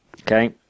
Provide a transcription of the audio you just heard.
Okay